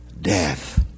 death